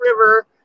River